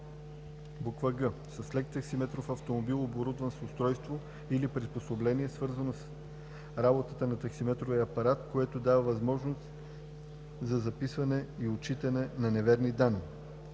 г) с лек таксиметров автомобил, оборудван с устройство или приспособление, свързано с работата на таксиметровия апарат, което дава възможност за записване и отчитане на неверни данни.“